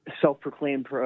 Self-proclaimed